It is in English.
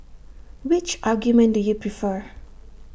which argument do you prefer